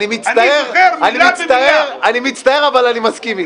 אני מצטער אבל אני מסכים איתך.